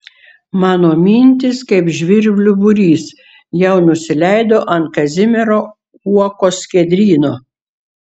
mano mintys kaip žvirblių būrys jau nusileido ant kazimiero uokos skiedryno